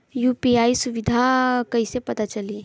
UPI सुबिधा कइसे पता चली?